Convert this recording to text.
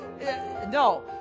No